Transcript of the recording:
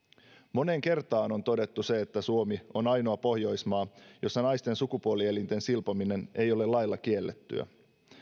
moneen kertaan on todettu se että suomi on ainoa pohjoismaa jossa naisten sukupuolielinten silpominen ei ole lailla kiellettyä